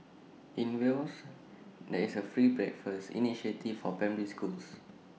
in Wales there is A free breakfast initiative for primary schools